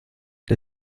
der